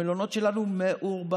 המלונות שלנו מעורבבים,